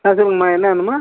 ஆ சொல்லுங்கம்மா என்ன வேணும்மா